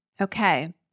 Okay